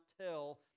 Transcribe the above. tell